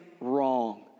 wrong